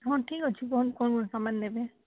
ହଁ ଠିକ୍ ଅଛି କୁହନ୍ତୁ କ'ଣ କ'ଣ ସାମାନ୍ ନେବେ